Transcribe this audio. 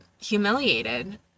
humiliated